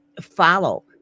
follow